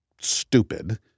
stupid